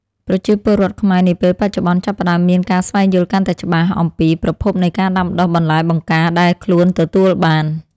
ប្រជាពលរដ្ឋខ្មែរនាពេលបច្ចុប្បន្នចាប់ផ្តើមមានការស្វែងយល់កាន់តែច្បាស់អំពីប្រភពនៃការដាំដុះបន្លែបង្ការដែលខ្លួនទទួលទាន។